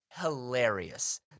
hilarious